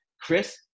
Chris